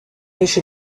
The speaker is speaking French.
riches